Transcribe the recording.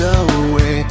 away